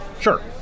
Sure